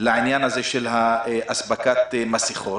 לעניין הזה של הספקת מסכות,